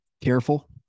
careful